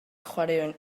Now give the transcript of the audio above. chwaraeon